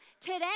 today